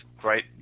great